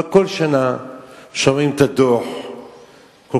הקיום של הרשות הפלסטינית.